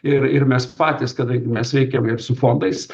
ir ir mes patys kadangi mes veikiam ir su fondais